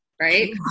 right